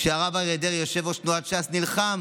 כשהרב אריה דרעי, יושב-ראש תנועת ש"ס, נלחם